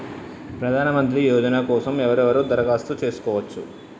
ప్రధానమంత్రి యోజన కోసం ఎవరెవరు దరఖాస్తు చేసుకోవచ్చు?